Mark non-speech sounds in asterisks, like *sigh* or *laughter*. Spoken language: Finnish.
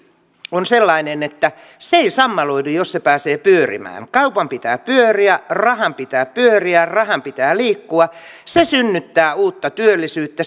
on sellainen että se ei sammaloidu jos se pääsee pyörimään kaupan pitää pyöriä rahan pitää pyöriä rahan pitää liikkua se synnyttää uutta työllisyyttä *unintelligible*